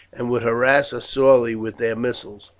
and would harass us sorely with their missiles,